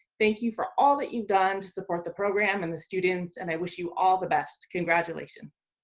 thank you for all that you've done to support the program and the students. and i wish you all the best. congratulations.